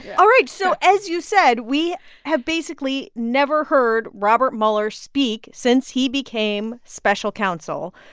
all right. so as you said, we have basically never heard robert mueller speak since he became special counsel.